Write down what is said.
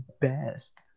best